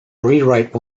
rewrite